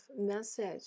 message